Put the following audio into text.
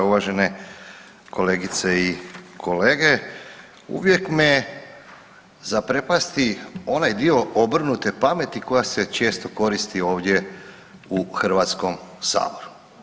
Uvažene kolegice i kolege, uvijek me zaprepasti onaj dio obrnute pameti koja se često koristi ovdje u Hrvatskom saboru.